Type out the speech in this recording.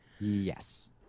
Yes